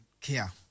care